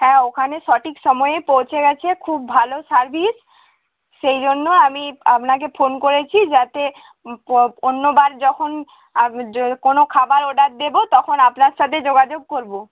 হ্যাঁ ওখানে সঠিক সময়ে পৌঁছে গেছে খুব ভালো সার্ভিস সেই জন্য আমি আপনাকে ফোন করেছি যাতে অন্য বার যখন আর যো কোনো খাবার অর্ডার দেবো তখন আপনার সাথে যোগাযোগ করবো